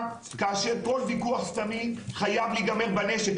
כאשר כל ויכוח סתמי חייב להיגמר בנשק?